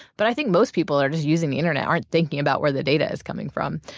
but i think most people are just using the internet aren't thinking about where the data is coming from.